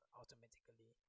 automatically